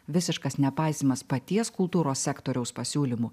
visiškas nepaisymas paties kultūros sektoriaus pasiūlymų